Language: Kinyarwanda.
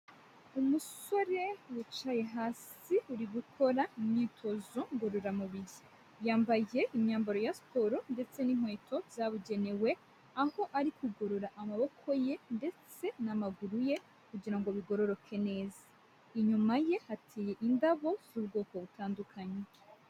Umusore wicaye hasi uri gukora imyitozo ngororamubiri, yambaye imyambaro ya siporo ndetse n'inkweto zabugenewe aho ari kugorora amaboko ye ndetse n'amaguru ye kugira ngo bigororoke neza, inyuma ye hateye indabo z'ubwoko butandukanye.